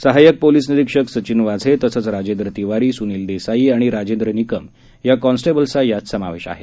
सहायक पोलीस निरीक्षक सचिन वाझे तसंच राजेंद्र तिवारी सुनील देसाई आणि राजेंद्र निकम या कॉन्सटेबल्सचा यात समावेश आहे